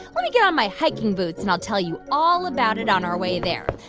let me get on my hiking boots, and i'll tell you all about it on our way there.